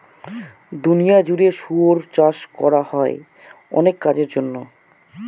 দুনিয়া জুড়ে শুয়োর চাষ করা হয় অনেক কাজের জন্য